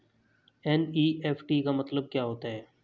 NEFT का मतलब क्या होता है?